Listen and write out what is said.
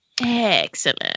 Excellent